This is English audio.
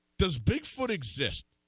does bigfoot exist